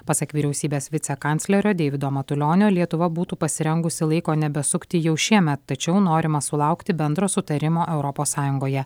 pasak vyriausybės vicekanclerio deivido matulionio lietuva būtų pasirengusi laiko nebesukti jau šiemet tačiau norima sulaukti bendro sutarimo europos sąjungoje